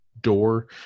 door